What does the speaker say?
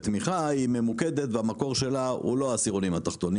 תמיכה היא ממוקדת והמקור שלה הוא לא העשירונים התחתונים,